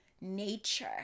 nature